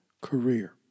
career